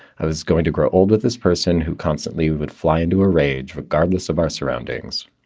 i was going to grow old with this person who constantly would fly into a rage regardless of our surroundings.